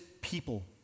people